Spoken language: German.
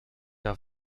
der